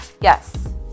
Yes